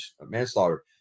manslaughter